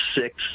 six